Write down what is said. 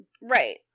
Right